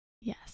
Yes